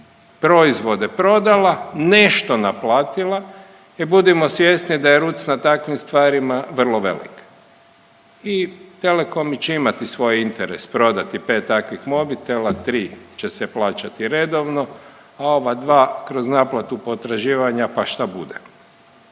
proizvode prodala, nešto naplatila i budimo svjesni da je ruc na takvim stvarima vrlo velik. I telekomi će imati svoj interes prodati 5 takvih mobitela, 3 će se plaćati redovno, a ova 2 kroz naplatu potraživanja pa šta bude.